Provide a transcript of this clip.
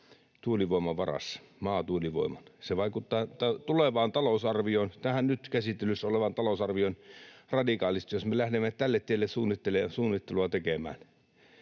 tuulivoiman varassa, maatuulivoiman. Se vaikuttaa tulevaan, tähän nyt käsittelyssä olevaan talousarvioon radikaalisti, jos me lähdemme tälle tielle suunnittelua tekemään.